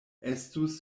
estus